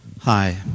Hi